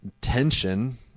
tension